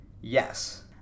Yes